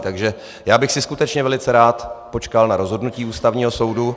Takže já bych si skutečně velice rád počkal na rozhodnutí Ústavního soudu.